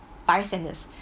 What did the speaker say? arsonist